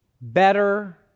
better